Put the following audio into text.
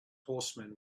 horsemen